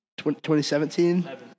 2017